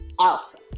Alpha